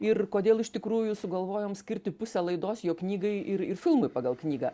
ir kodėl iš tikrųjų sugalvojom skirti pusę laidos jo knygai ir ir filmui pagal knygą